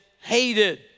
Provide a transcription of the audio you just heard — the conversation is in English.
hated